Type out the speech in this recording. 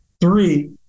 Three